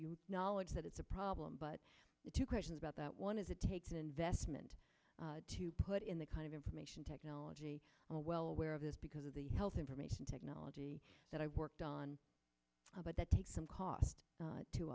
your knowledge that it's a problem but two questions about that one is it takes investment to put in the kind of information technology are well aware of this because of the health information technology that i've worked on but that takes some cost to